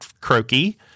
croaky